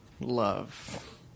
love